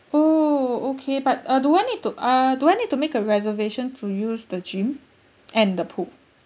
oo okay but uh do I need to uh do I need to make a reservation to use the gym and the pool